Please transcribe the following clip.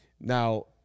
Now